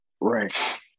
Right